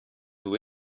who